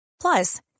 Plus